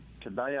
today